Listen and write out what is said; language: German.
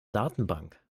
datenbank